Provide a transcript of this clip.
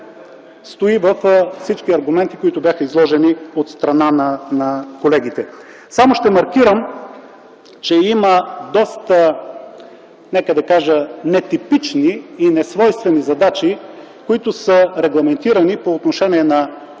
стои във всички аргументи, които бяха изложени от страна на колегите. Само ще маркирам, че има доста нетипични и несвойствени задачи, които са регламентирани по отношение на